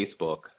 Facebook